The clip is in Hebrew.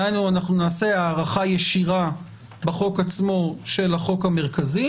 דהיינו נעשה הארכה ישירה בחוק עצמו של החוק המרכזי